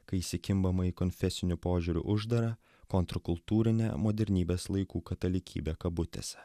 kai įsikimbama į konfesiniu požiūriu uždarą kontrkultūrinę modernybės laikų katalikybę kabutėse